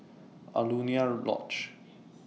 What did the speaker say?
Alaunia Lodge